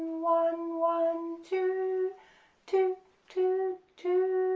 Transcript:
one one two two two two